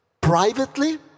privately